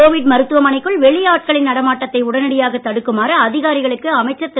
Covid மருத்துவமனைக்குள் வெளி ஆட்களின் நடமாட்டத்தை உடனடியாகத் தடுக்குமாறு அதிகாரிகளுக்கு அமைச்சர் திரு